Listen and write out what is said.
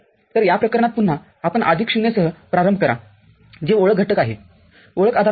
तर या प्रकरणात पुन्हाआपण आदिक ० सह प्रारंभ करा जे ओळख घटक आहे ओळख आधारतत्व